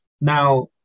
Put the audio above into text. Now